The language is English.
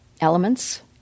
elements